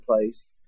place